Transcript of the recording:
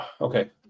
okay